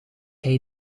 hij